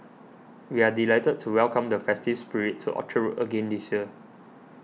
we are delighted to welcome the festive spirit to Orchard Road again this year